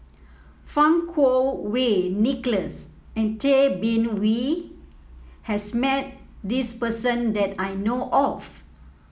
Fang Kuo Wei Nicholas and Tay Bin Wee has met this person that I know of